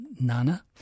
Nana